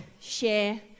share